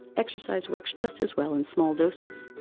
exercise works just as well in small doses.